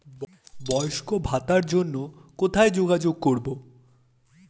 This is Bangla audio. বয়স্ক ভাতার জন্য কোথায় যোগাযোগ করব?